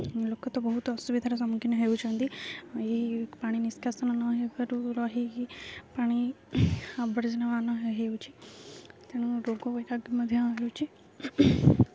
ଲୋକ ତ ବହୁତ ଅସୁବିଧାର ସମ୍ମୁଖୀନ ହେଉଛନ୍ତି ଏହି ପାଣି ନିଷ୍କାସନ ନ ହେବାରୁ ରହିକି ପାଣି ଆବର୍ଜନାମାନ ହେଉଛି ତେଣୁ ରୋଗ ବୈରାଗ ମଧ୍ୟ ହେଉଛି